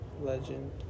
Legend